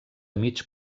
mig